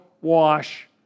wash